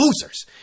losers